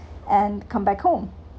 and come back home